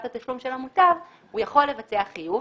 התשלום של המוטב הוא יכול לבצע חיוב,